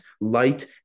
light